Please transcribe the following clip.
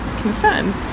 confirm